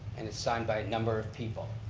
and it's signed by a number of people.